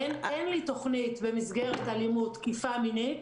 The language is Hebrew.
אין לי תוכנית במסגרת אלימות, תקיפה מינית